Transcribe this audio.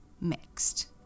mixed